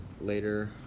Later